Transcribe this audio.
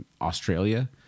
Australia